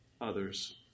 others